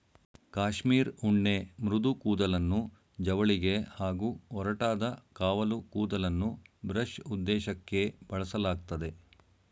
cashmere ಉಣ್ಣೆ ಮೃದು ಕೂದಲನ್ನು ಜವಳಿಗೆ ಹಾಗೂ ಒರಟಾದ ಕಾವಲು ಕೂದಲನ್ನು ಬ್ರಷ್ ಉದ್ದೇಶಕ್ಕೇ ಬಳಸಲಾಗ್ತದೆ